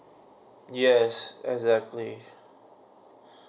yes exactly